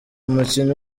umukinnyi